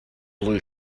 blue